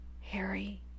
Harry